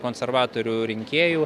konservatorių rinkėjų